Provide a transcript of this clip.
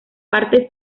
parte